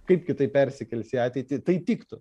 kaip kitaip persikelsi į ateitį tai tiktų